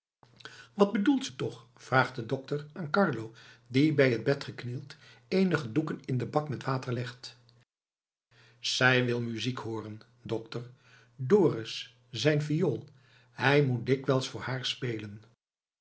wat bedoelt ze toch vraagt de dokter aan carlo die bij het bed geknield eenige doeken in den bak met water legt zij wil muziek hooren dokter dorus zijn viool hij moet dikwijls voor haar spelen